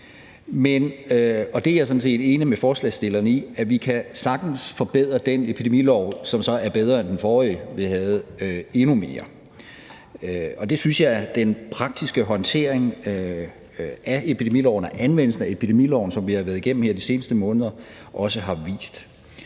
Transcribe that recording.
sådan set enig med forslagsstillerne i, at vi sagtens kan forbedre den epidemilov, som så er bedre end den forrige, som vi hadede endnu mere, og det synes jeg at den praktiske håndtering af epidemiloven og anvendelsen af epidemiloven, som vi har været igennem her de seneste måneder, også har vist.